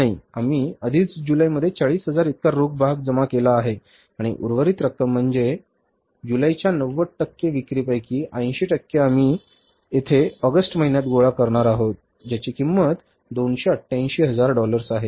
आम्ही आधीच जुलैमध्ये 40000 इतका रोख भाग जमा केला आहे आणि उर्वरित रक्कम म्हणजे जुलैच्या 90 विक्रीपैकी 80 टक्के आम्ही येथे आॅगस्ट महिन्यात गोळा करणार आहोत ज्याची किंमत 288 हजार डॉलर्स आहे